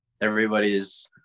everybody's